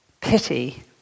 pity